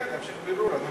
להמשיך בירור אני מציע.